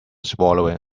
swallowing